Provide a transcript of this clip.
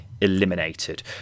eliminated